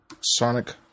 sonic